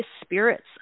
spirits